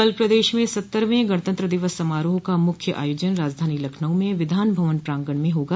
कल प्रदेश में सत्तरवें गणतंत्र दिवस समारोह का मुख्य आयोजन राजधानी लखनऊ में विधान भवन प्रांगण में होगा